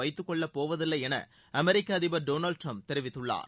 வைத்துக்கொள்ள போவதில்லை என அமெரிக்க அதிபர் டொனால்டு டிரம்ப் தெரிவித்துள்ளார்